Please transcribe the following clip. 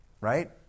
right